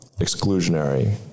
exclusionary